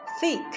thick